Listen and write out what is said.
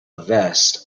vest